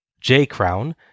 J-Crown